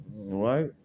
Right